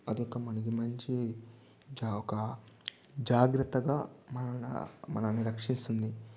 అదొక మనకు మంచి ఒక జాగ్రత్తగా మనల్ని మనల్ని రక్షిస్తుంది